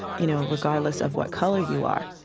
you know, regardless of what color you are,